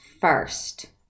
first